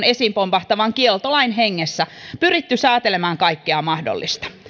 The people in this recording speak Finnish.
esiin pompahtavan kieltolain hengessä pyritty säätelemään kaikkea mahdollista